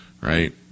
right